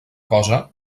cosa